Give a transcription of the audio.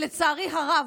לצערי הרב,